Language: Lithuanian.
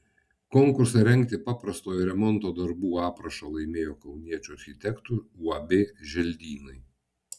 konkursą rengti paprastojo remonto darbų aprašą laimėjo kauniečių architektų uab želdynai